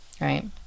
Right